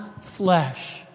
flesh